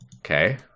Okay